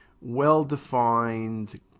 Well-defined